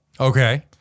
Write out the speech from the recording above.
okay